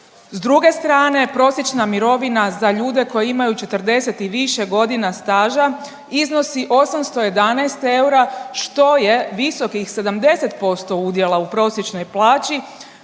S druge strane prosječna mirovina za ljude koji imaju 40 i više godina staža iznosi 811 eura, što je visokih 70% udjela u prosječnoj plaći